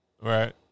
Right